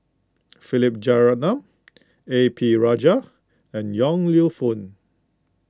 Philip Jeyaretnam A P Rajah and Yong Lew Foong